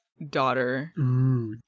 daughter